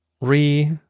re